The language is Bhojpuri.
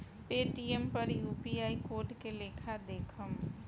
पेटीएम पर यू.पी.आई कोड के लेखा देखम?